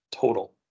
total